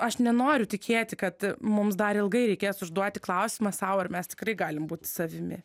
aš nenoriu tikėti kad mums dar ilgai reikės užduoti klausimą sau ar mes tikrai galim būt savimi